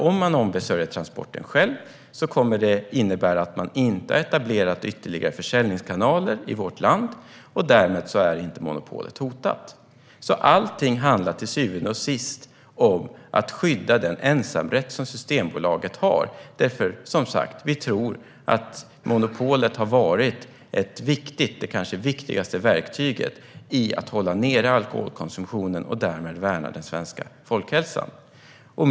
Om man ombesörjer transporten själv innebär det att det inte etableras ytterligare försäljningskanaler i vårt land, och därmed är inte monopolet hotat. Allt handlar till syvende och sist om att skydda den ensamrätt som Systembolaget har. Vi tror som sagt att monopolet har varit viktigt - kanske det viktigaste verktyget för att hålla nere alkoholkonsumtionen och därmed värna den svenska folkhälsan.